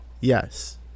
Yes